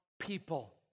people